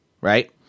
Right